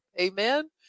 Amen